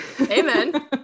Amen